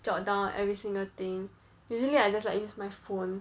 jot down every single thing usually I just like use my phone